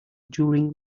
during